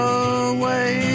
away